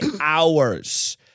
hours